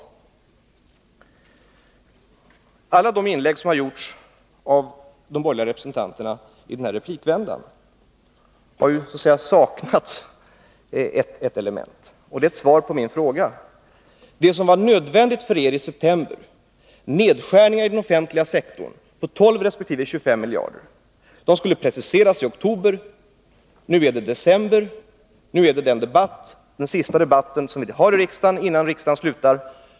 Talla de inlägg som har gjorts av de borgerliga representanterna i den här replikvändan har det saknats ett element, ett svar på min fråga. Det som var nödvändigt för er i september, nedskärningar i den offentliga sektorn på 12 resp. 25 miljarder, skulle preciseras i oktober. Nu är det december och den sista debatt som vi har här i riksdagen innan vi slutar för i år.